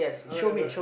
alright alright